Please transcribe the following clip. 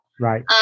Right